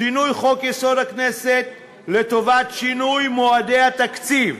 שינוי חוק-יסוד: הכנסת לטובת שינוי מועדי התקציב,